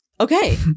okay